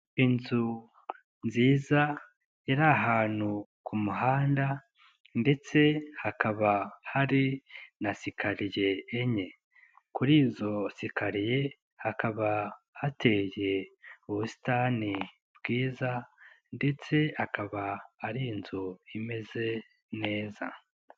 Inzu nziza, iri ahantu ku muhanda ndetse hakaba hari na sikariye enye, kuri izo sikariye, hakaba hateye ubusitani bwiza ndetse akaba ari inzu imeze neza.